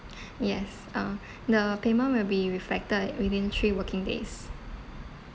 yes uh the payment will be reflected within three working days